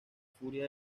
furia